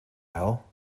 well